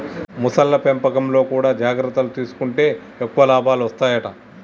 మొసళ్ల పెంపకంలో కూడా జాగ్రత్తలు తీసుకుంటే ఎక్కువ లాభాలు వత్తాయట